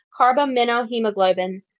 carbaminohemoglobin